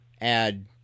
add